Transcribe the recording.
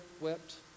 wept